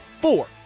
four